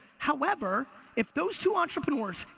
however if those two entrepreneurs,